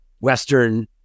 Western